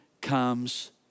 comes